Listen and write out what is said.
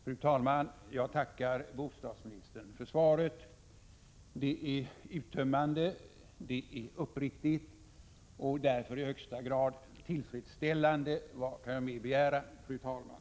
Fru talman! Jag tackar bostadsministern för svaret. Det är uttömmande och det är uppriktigt och därför i högsta grad tillfredsställande. Vad kan jag mer begära, fru talman?